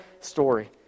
story